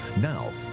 Now